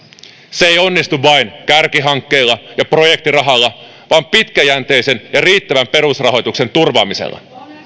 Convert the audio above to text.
se ei onnistu vain kärkihankkeilla ja projektirahalla vaan pitkäjänteisen ja riittävän perusrahoituksen turvaamisella